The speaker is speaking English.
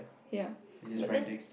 ya but then